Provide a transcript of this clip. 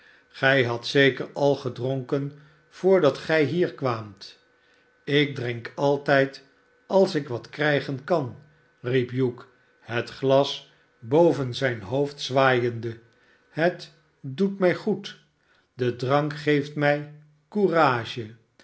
gij hadt zeker al gedronken voordat gij hier kwaamt ik drink altijd als ik wat krijgen kan riep hugh het glas boven zijn hoofd zwaaiende het doet mij goed de drank geeft mij courage